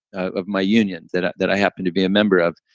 of my union that that i happen to be a member of.